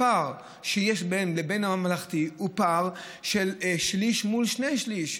הפער ביניהם לבין הממלכתי הוא פער של שליש מול שני שלישים.